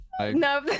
No